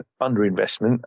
underinvestment